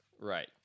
right